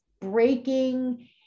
breaking